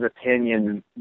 opinion